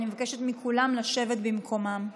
אני מבקשת מכולם לשבת במקומם.